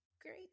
great